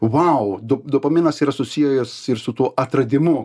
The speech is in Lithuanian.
vau do dopaminas yra susijęs su tuo atradimu